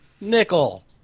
Nickel